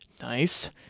Nice